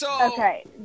Okay